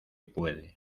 puede